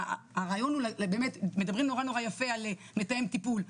באמת מדברים מאוד יפה על מתאם טיפול.